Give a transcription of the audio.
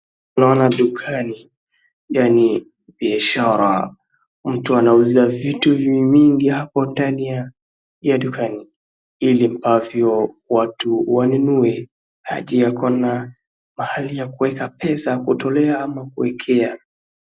Naona dukani yaani biashara, mtu anauza vitu mingi hapo ndani ya dukani ili ambavyo watu wanunue hadi ako na mahali ya kuweka pesa kutolea ama kuwekea.